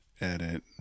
edit